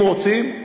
אם רוצים,